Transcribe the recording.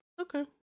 Okay